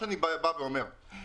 כפי שאמרת בצורה מצוינת.